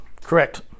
Correct